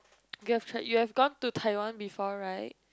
you have you have gone to Taiwan before right